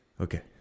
okay